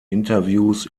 interviews